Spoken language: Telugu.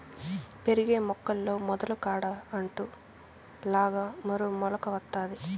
పెరిగే మొక్కల్లో మొదలు కాడ అంటు లాగా మరో మొలక వత్తాది